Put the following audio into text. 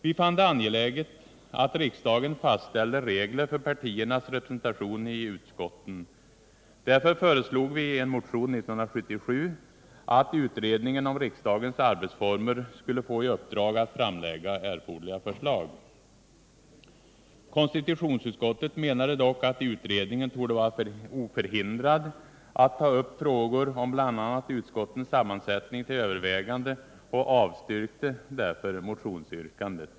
Vi fann det angeläget att riksdagen fastställer regler för partiernas representation i utskotten. Därför föreslog vi i en motion 1977 att utredningen om riksdagens arbetsformer skulle få i uppdrag att framlägga erforderliga förslag. Konstitutionsutskottet menade dock att utredningen torde vara oförhindrad att ta upp frågor om bl.a. utskottens sammansättning till övervägande och avstyrkte därför motionsyrkandet.